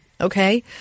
Okay